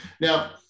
Now